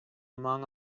among